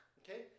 okay